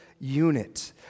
unit